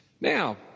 Now